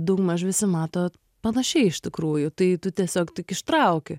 daugmaž visi mato panašiai iš tikrųjų tai tu tiesiog tik ištrauki